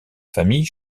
famille